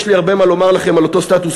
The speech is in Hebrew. יש לי הרבה מה לומר לכם על אותו סטטוס-קוו